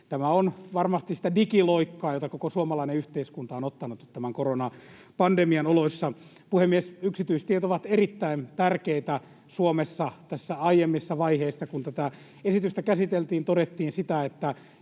Tämä on varmasti sitä digiloikkaa, jota koko suomalainen yhteiskunta on ottanut tämän koronapandemian oloissa. Puhemies! Yksityistiet ovat erittäin tärkeitä Suomessa. Tässä aiemmissa vaiheissa, kun tätä esitystä käsiteltiin, todettiin, että